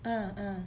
uh uh